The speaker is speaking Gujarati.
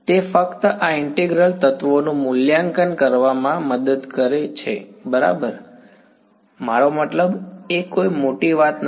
તે ફક્ત આ ઈન્ટિગ્રલ તત્વોનું મૂલ્યાંકન કરવામાં મદદ કરે છે બરાબર મારો મતલબ એ કોઈ મોટી વાત નથી